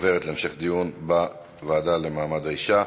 עוברת להמשך דיון בוועדה למעמד האישה.